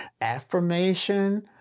Affirmation